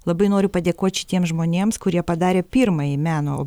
labai noriu padėkot šitiems žmonėms kurie padarė pirmąjį meno